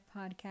podcast